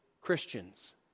Christians